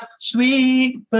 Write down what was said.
sweet